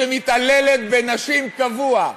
שמתעללת בנשים קבוע.